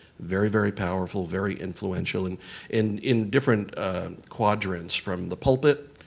very, very powerful, very influential, and in in different quadrants from the pulpit,